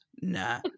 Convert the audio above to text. nah